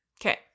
Okay